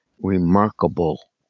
remarkable